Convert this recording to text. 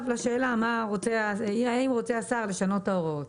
לשאלה האם רוצה השר לשנות את ההוראות.